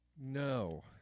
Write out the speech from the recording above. No